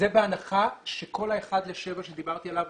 זה בהנחה שכל האחד לשבע שדיברתי עליו